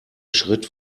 schritt